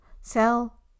sell